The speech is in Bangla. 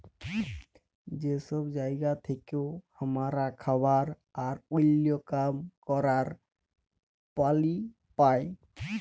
যে সব জায়গা থেক্যে হামরা খাবার আর ওল্য কাম ক্যরের পালি পাই